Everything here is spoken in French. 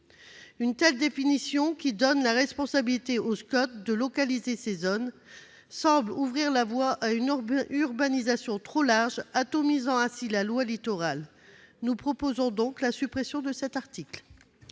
Une telle définition, qui donne la responsabilité aux SCOT de localiser ces zones, semble ouvrir la voie à une urbanisation trop large, atomisant ainsi la loi Littoral. Nous proposons donc la suppression de cet article.